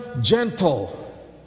gentle